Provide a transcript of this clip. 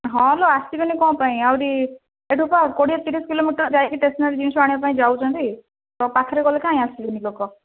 ହଁ ଲୋ ଆସେବେନି କ'ଣ ପାଇଁ ଆହୁରି ଏଇଠୁ ତ କୋଡ଼ିଏ ତିରିଶ କିଲୋମିଟର ଯାଇକି ଷ୍ଟେସନାରୀ ଜିନିଷ ଆଣିବା ପାଇଁ ଯାଉଛନ୍ତି ତ ପାଖରେ କଲେ କାହିଁ ଆସିବେନି ଲୋକ